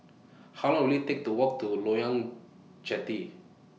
How Long Will IT Take to Walk to Loyang Jetty